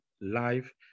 live